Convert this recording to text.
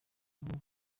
bwa